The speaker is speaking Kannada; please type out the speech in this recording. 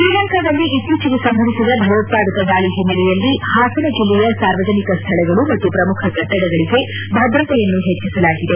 ಶ್ರೀಲಂಕಾದಲ್ಲಿ ಇತ್ತೀಚೆಗೆ ಸಂಭವಿಸಿದ ಭಯೋತ್ಪಾದಕ ದಾಳಿ ಹಿನ್ನೆಲೆಯಲ್ಲಿ ಹಾಸನ ಜಿಲ್ಲೆಯ ಸಾರ್ವಜನಿಕ ಸ್ಥಳಗಳು ಮತ್ತು ಪ್ರಮುಖ ಕಟ್ಟಡಗಳಿಗೆ ಭದ್ರತೆಯನ್ನು ಹೆಚ್ಚಿಸಲಾಗಿದೆ